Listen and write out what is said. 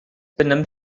benimmt